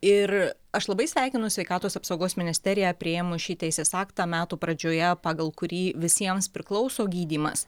ir aš labai sveikinu sveikatos apsaugos ministeriją priėmus šį teisės aktą metų pradžioje pagal kurį visiems priklauso gydymas